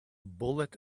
bullet